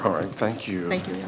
or thank you thank you